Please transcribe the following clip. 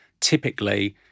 typically